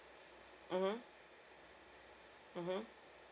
mmhmm mmhmm